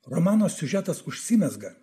romano siužetas užsimezga